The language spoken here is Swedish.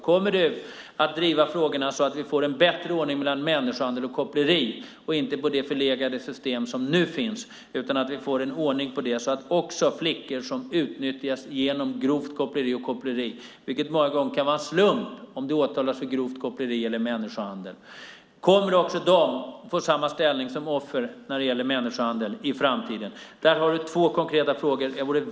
Kommer du att driva frågorna så att vi får en bättre ordning mellan människohandel och koppleri än det förlegade system som nu finns så att också flickor som utnyttjas genom grovt koppleri och koppleri - det kan många gånger vara en slump om man åtalas för grovt koppleri eller människohandel - får samma ställning som offer när det gäller människohandel i framtiden? Där har du mina två konkreta frågor, Beatrice Ask.